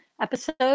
episode